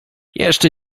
jeszcze